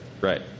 Right